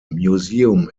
museum